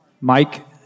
Mike